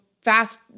fast